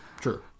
Sure